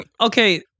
Okay